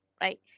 right